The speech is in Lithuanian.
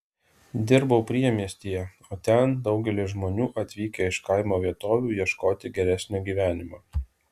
dirbau priemiestyje o ten daugelis žmonių atvykę iš kaimo vietovių ieškoti geresnio gyvenimo